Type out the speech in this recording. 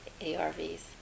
ARVs